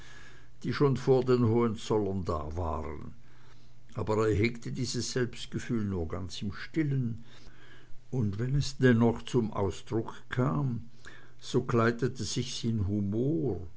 die schon vor den hohenzollern da waren aber er hegte dieses selbstgefühl nur ganz im stillen und wenn es dennoch zum ausdruck kam so kleidete sich's in humor